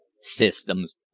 Systems